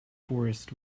forest